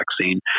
vaccine